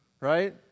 right